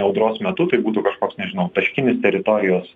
audros metu tai būtų kažkoks nežinau taškinis teritorijos